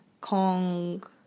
Kong